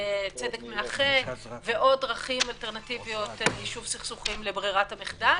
צדק מאחה ועוד דרכים אלטרנטיביות ליישוב סכסוכים לברירת המחדל.